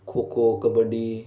खो kho kabaddi